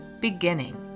beginning